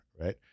right